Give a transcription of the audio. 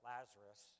Lazarus